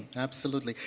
absolutely.